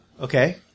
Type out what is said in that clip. Okay